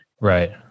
Right